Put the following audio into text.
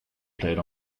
played